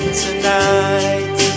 tonight